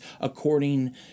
according